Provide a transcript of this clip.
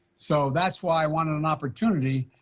so that's why i wanted an opportunity,